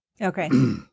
Okay